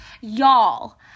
Y'all